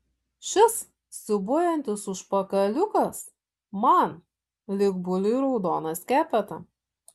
šis siūbuojantis užpakaliukas man lyg buliui raudona skepeta